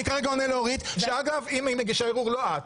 אני כרגע עונה לאורית שהיא מגישה ערעור, לא את.